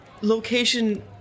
location